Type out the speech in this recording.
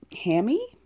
Hammy